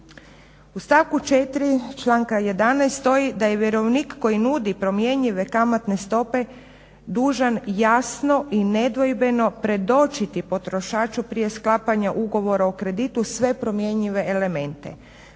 U stavku 4. članka 11. stoji da je vjerovnik koji nudi promjenjive kamatne stope dužan jasno i nedvojbeno predočiti potrošaču prije sklapanja ugovora o kreditu sve promjenjive elemente.